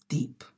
Deep